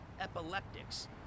epileptics